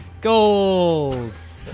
Goals